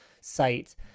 site